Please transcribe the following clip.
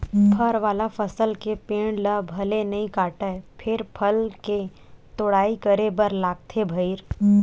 फर वाला फसल के पेड़ ल भले नइ काटय फेर फल के तोड़ाई करे बर लागथे भईर